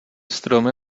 stromy